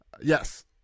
Yes